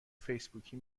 فیسبوکی